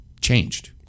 Changed